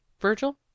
Virgil